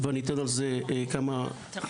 ואני אתן על זה כמה דגשים.